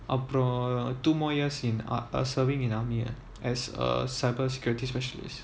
abroad or two more years in ar~ uh serving in army as a cyber security specialist